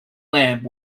lamp